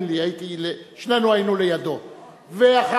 כולם צבועים.